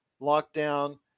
Lockdown